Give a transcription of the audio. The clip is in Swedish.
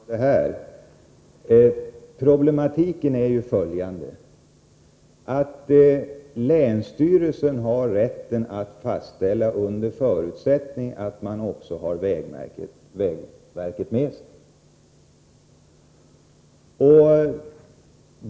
Fru talman! Jag är inte särskilt besvärad av detta ärende. Problematiken är följande. Länsstyrelsen har rätt att fastställa fördelningen under förutsättning att den också har vägverket med sig.